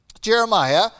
Jeremiah